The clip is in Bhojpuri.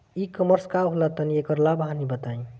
ई कॉमर्स का होला तनि एकर लाभ हानि बताई?